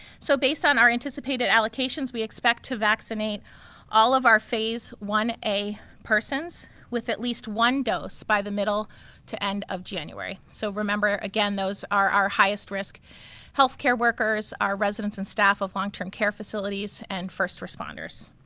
so based on our anticipated allocations we anticipate to vaccinate all of our phase one a persons with at least one dose by the middle to end of january. so remember, again, those are our highest risk healthcare workers. our residents and staff at long term care facilities and first responders.